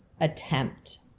attempt